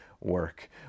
work